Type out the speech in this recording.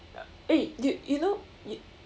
eh do you you know you